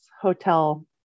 hotel